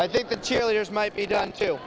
i think the cheerleaders might be done to